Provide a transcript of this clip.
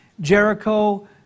Jericho